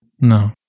No